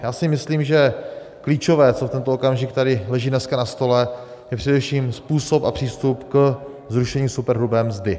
Já si myslím, že to klíčové, co v tento okamžik tady leží dneska na stole, je především způsob a přístup ke zrušení superhrubé mzdy.